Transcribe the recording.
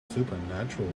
supernatural